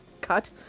cut